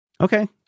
Okay